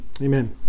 Amen